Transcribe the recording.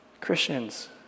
Christians